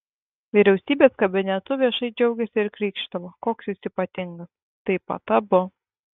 vyriausybės kabinetu viešai džiaugėsi ir krykštavo koks jis ypatingas taip pat abu